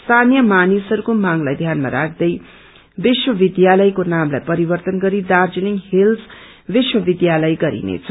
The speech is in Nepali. स्थानीय मानिसहस्को मागलाई ध्यानममा राख्दै विश्व विद्यालयको नामलाई परिवर्तन गरी दार्जीलिङ हिल्स विश्वविद्यालय गरिनेछ